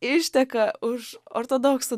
išteka už ortodoksų